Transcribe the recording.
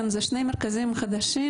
אלה שני מרכזים חדשים,